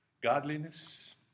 godliness